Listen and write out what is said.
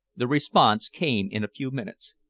the response came in a few minutes.